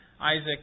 Isaac